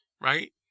right